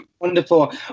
Wonderful